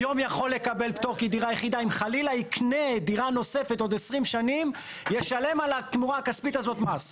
אם חלילה יקנה דירה נוספת עוד 20 שנה הוא ישלם על התמורה הכספית מס.